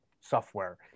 software